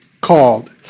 called